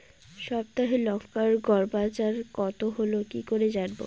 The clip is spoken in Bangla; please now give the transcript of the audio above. সপ্তাহে লংকার গড় বাজার কতো হলো কীকরে জানবো?